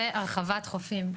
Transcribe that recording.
והרחבת חופים.